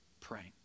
praying